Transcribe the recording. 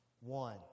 One